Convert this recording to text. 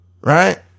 Right